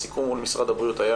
הסיכום מול משרד הבריאות היה